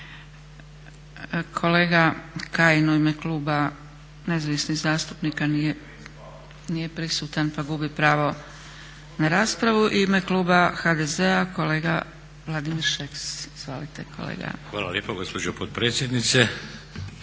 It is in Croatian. Hvala lijepa gospođo potpredsjednice.